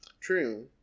True